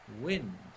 wind